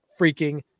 freaking